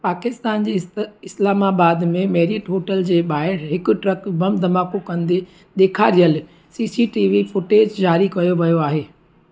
पाकिस्तान जे इस्लामाबाद में Marriott hotel जे ॿाहिरि हिकु ट्रक बम धमाको कंदे ॾेखारियलु सीसीटीवी फुटेज जारी कयो वियो आहे